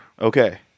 Okay